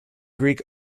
greek